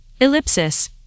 ellipsis